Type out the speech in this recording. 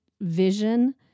vision